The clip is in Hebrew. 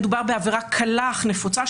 מדובר בעבירה קלה אך נפוצה,